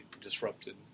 disrupted